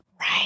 Right